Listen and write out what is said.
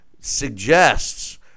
suggests